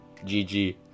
GG